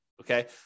okay